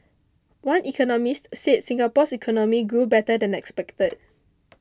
one economist said Singapore's economy grew better than expected